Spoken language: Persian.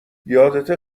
یادته